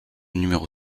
numéro